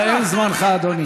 הסתיים זמנך, אדוני.